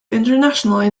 internationally